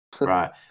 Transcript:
Right